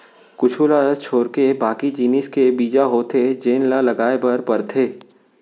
कुछ ल छोरके बाकी जिनिस के बीजा होथे जेन ल लगाए बर परथे